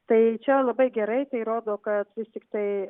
tai čia labai gerai tai rodo kad vis tiktai